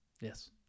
Yes